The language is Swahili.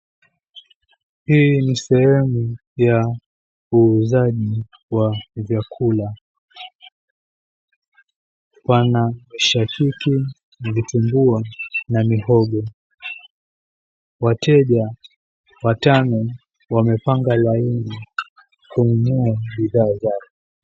Hii ni sehemu ya uuzaji wa vyakula. Pana mishakiki na vitumbua na mihogo. Wateja watano wamepanga laini kununua bidhaa zao.